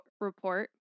report